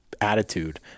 attitude